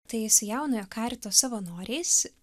tai su jaunojo karito savanoriais